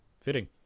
fitting